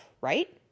right